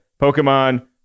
Pokemon